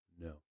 no